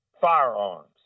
firearms